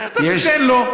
אתה תיתן לו.